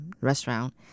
restaurant